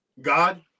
God